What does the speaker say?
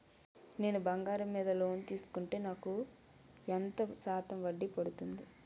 నేను బంగారం మీద లోన్ తీసుకుంటే నాకు ఎంత శాతం వడ్డీ పడుతుంది?